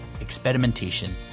experimentation